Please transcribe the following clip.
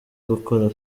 gukora